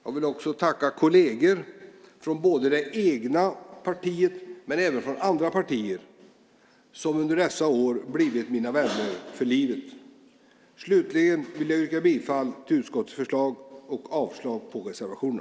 Jag vill också tacka kolleger från det egna partiet men även från andra partier som under dessa år blivit mina vänner för livet. Slutligen vill jag yrka bifall till utskottets förslag och avslag på reservationen.